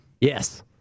Yes